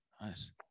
Nice